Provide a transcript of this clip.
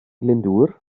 glyndŵr